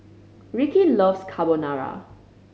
Rickey loves Carbonara